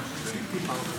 אין מתנגדים.